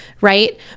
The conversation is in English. right